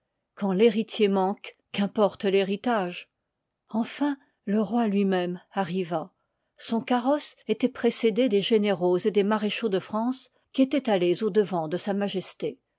quand l'he'ritier manque qu'importe l'héritage enfin le roi lui-même arriva son carrosse ëtoit précédé des généraux et des maréchaux de france qui étoient allés au devant de s